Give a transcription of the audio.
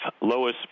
Lois